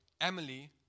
Emily